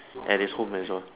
at his home also